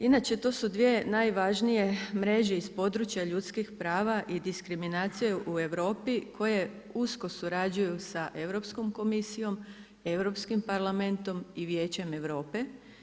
Inače, to su 2 najvažnije mreže iz područja ljudskih prava i diskriminacija u Europi koje usko surađuju sa europskom komisijom, Europskim parlamentom i Vijećem Europe.